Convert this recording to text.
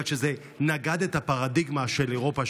בגלל שזה נגד את הפרדיגמה של אירופה,